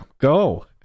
Go